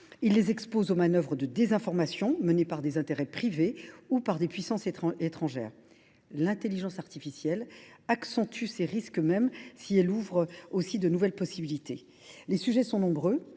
Il les expose aux manœuvres de désinformation menées par des intérêts privés ou par des puissances étrangères. L’intelligence artificielle accentue ces risques, même si elle ouvre aussi de nouvelles possibilités. Les sujets sont donc nombreux.